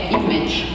image